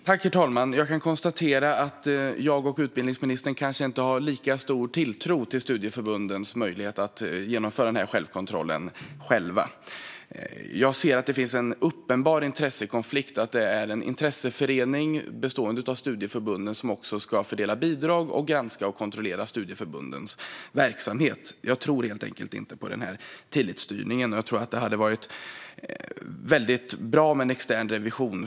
Herr talman! Jag kan konstatera att jag och utbildningsministern kanske inte har lika stor tilltro till studieförbundens möjlighet att genomföra den här kontrollen själva. Jag ser att det finns en uppenbar intressekonflikt när det är en intresseförening bestående av studieförbunden som också ska fördela bidrag, granska och kontrollera studieförbundens verksamhet. Jag tror helt enkelt inte på den här tillitsstyrningen, och jag tror att det hade varit väldigt bra med en extern revision.